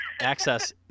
access